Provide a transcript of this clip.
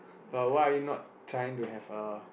but why are you not trying to have a